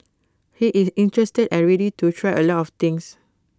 he is interested and ready to try A lot of things